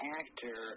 actor